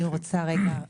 אני רוצה רגע,